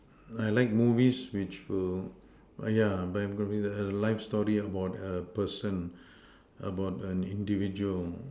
I like movies which will yeah biography life story about a person about an individual